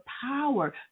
power